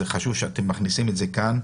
חשוב שאתם מכניסים את זה כאן.